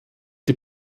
die